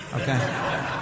Okay